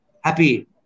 happy